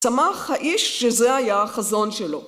צמח האיש שזה היה החזון שלו